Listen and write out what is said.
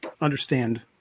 understand